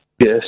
Yes